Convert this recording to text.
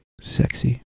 Sexy